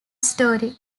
story